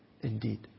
indeed